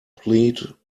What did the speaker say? plead